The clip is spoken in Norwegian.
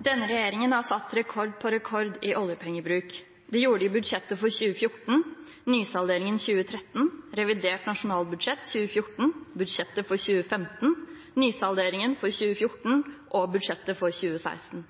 Denne regjeringen har satt rekord på rekord i oljepengebruk. De gjorde det i budsjettet for 2014, nysalderingen for 2013, revidert nasjonalbudsjett for 2014, budsjettet for 2015, nysalderingen for 2014 og budsjettet for 2016.